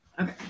Okay